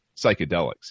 psychedelics